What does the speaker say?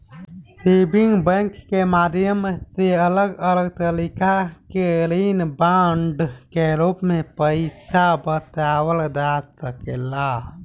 saving bank के माध्यम से अलग अलग तरीका के ऋण बांड के रूप में पईसा बचावल जा सकेला